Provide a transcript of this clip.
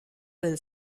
del